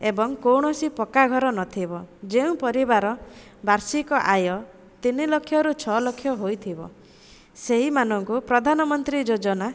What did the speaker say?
ଏବଂ କୌଣସି ପକ୍କା ଘର ନଥିବ ଯେଉଁ ପରିବାର ବାର୍ଷିକ ଆୟ ତିନିଲକ୍ଷରୁ ଛଅଲକ୍ଷ ହୋଇଥିବ ସେହିମାନଙ୍କୁ ପ୍ରଧାନମନ୍ତ୍ରୀ ଯୋଜନା